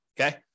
Okay